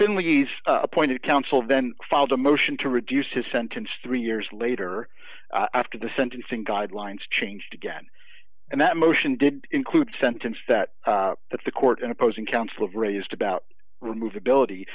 finley's appointed counsel then filed a motion to reduce his sentence three years later after the sentencing guidelines changed again and that motion did include sentence that that the court and opposing counsel raised about remove ability